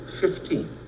Fifteen